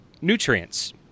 nutrients